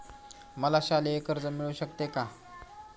मला शालेय कर्ज मिळू शकते का?